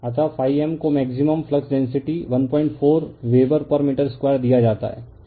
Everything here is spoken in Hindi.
अतः m को maximum flux density 14 weber per मीटर2 दिया जाता है